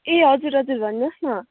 ए हजुर हजुर भन्नुहोस् न